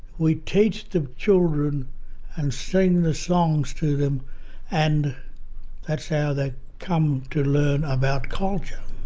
we teach the children and sing the songs to them and that's how they come to learn about culture.